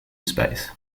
space